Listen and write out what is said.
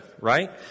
right